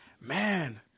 Man